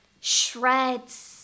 shreds